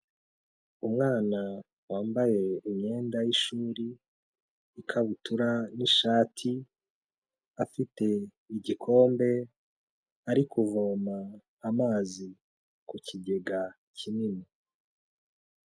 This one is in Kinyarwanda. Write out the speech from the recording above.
Umwana wambaye imyenda y'ishuri, ikabutura n'ishati, afite igikombe, ari kuvoma amazi ku kigega kinini.